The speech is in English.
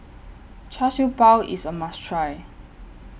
Char Siew Bao IS A must Try